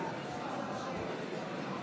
אני קובע כי